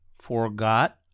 forgot